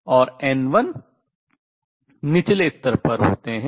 और n1 निचले स्तर पर होते हैं